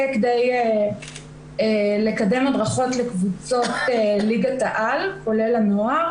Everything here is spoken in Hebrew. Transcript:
כדי לקדם הדרכות לקבוצות ליגת העל כולל הנוער,